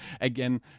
again